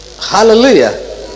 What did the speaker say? Hallelujah